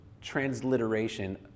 transliteration